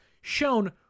shown